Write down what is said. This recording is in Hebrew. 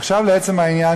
עכשיו, לעצם העניין